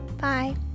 bye